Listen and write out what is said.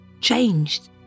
changed